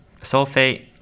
sulfate